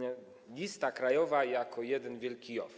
- lista krajowa jako jeden wielki JOW.